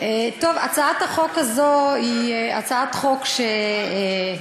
הצעת החוק הזאת היא הצעת חוק שכפי